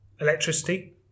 electricity